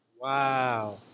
Wow